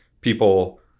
people